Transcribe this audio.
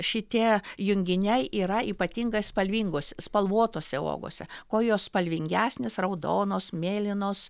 šitie junginiai yra ypatingai spalvingos spalvotose uogose kol jos spalvingesnės raudonos mėlynos